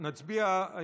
נפרדות.